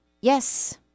Yes